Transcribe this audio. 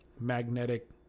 magnetic